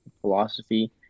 philosophy